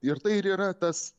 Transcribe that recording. ir tai ir yra tas